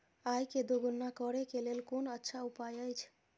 आय के दोगुणा करे के लेल कोन अच्छा उपाय अछि?